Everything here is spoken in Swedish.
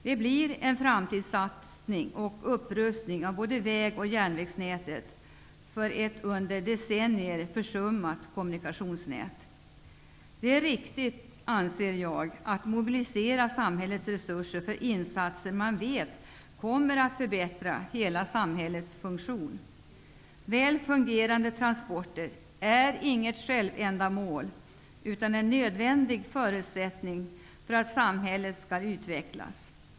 Det blir en framtidssatsning och upprustning av både väg och järnvägsnätet -- ett under decennier försummat kommunikationsnät. Jag anser att det är riktigt att mobilisera samhällets resurser för insatser som man vet kommer att förbättra hela samhällets funktion. Väl fungerande transporter är inte ett självändamål, utan en nödvändig förutsättning för att samhället skall utvecklas.